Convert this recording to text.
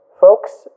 Folks